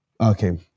Okay